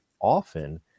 often